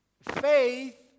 Faith